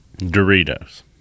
Doritos